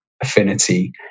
affinity